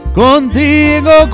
contigo